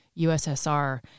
USSR